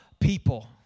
people